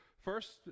First